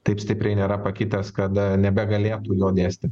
taip stipriai nėra pakitęs kad nebegalėtų jo dėsty